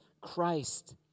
Christ